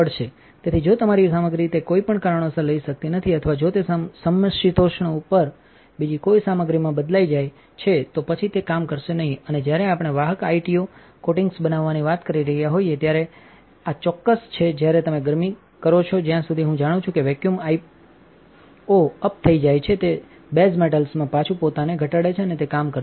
તેથી જો તમારી સામગ્રી તે કોઈપણ કારણોસર લઈ શકતી નથી અથવા જો તે સમશીતોષ્ણઉરપર બીજી કોઈ સામગ્રીમાં બદલાઈ જાય છે તો પછી તે કામ કરશે નહીં અને જ્યારે આપણે વાહક આઇટીઓ કોટિંગ્સ બનાવવાની વાત કરી રહ્યાં હોઇએ ત્યારે આ ચોક્કસ છે જ્યારે તમે ગરમી કરો છો જ્યાં સુધી હું જાણું છું તે વેક્યૂમમાં આઇઓ અપ થઈ જાય છે તે બેઝ મેટલ્સમાં પાછું પોતાને ઘટાડે છે અને તે કામ કરતું નથી